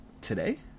today